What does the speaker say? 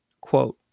quote